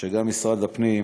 גם משרד הפנים,